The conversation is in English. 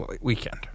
weekend